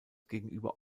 gegenüber